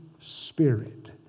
spirit